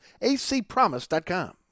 acpromise.com